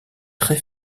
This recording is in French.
très